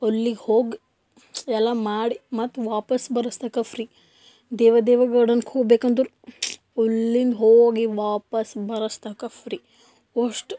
ಅಲ್ಲಿಗೆ ಹೋಗಿ ಎಲ್ಲ ಮಾಡಿ ಮತ್ತೆ ವಾಪಾಸ್ ಬರೋತನ್ಕ ಫ್ರೀ ದೇವ ದೇವ ಗಾರ್ಡನ್ಕ್ಕೆ ಹೋಗ್ಬೇಕಂದ್ರು ಅಲ್ಲಿಂದ ಹೋಗಿ ವಾಪಾಸ್ ಬರೋತನ್ಕ ಫ್ರೀ ಅಷ್ಟು